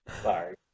Sorry